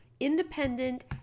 independent